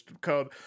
code